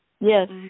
Yes